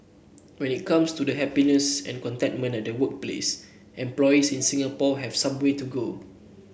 when it comes to the happiness and contentment at the workplace employees in Singapore have some way to go